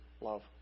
love